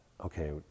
okay